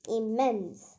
immense